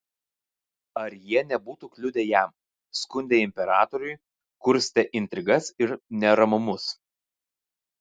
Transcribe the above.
ar jie nebūtų kliudę jam skundę imperatoriui kurstę intrigas ir neramumus